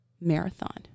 Marathon